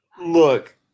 look